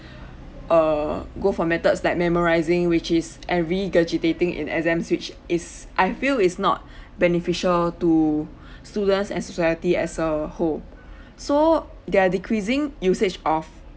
err go for methods like memorizing which is and regurgitating in exams which I feel is not beneficial to students and society as a whole so there are decreasing usage of